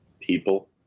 people